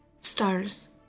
Stars